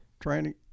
Training